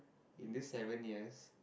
in this seven years